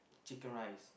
chicken rice